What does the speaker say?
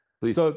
Please